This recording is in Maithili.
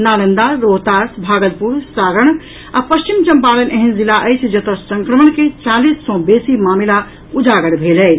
नालंदा रोहतास भागलपुर सारण आ पश्चिम चंपारण एहेन जिला अछि जतऽ संक्रमण के चालीस सँ बेसी मामिला उजागर भेल अछि